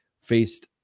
faced